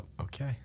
Okay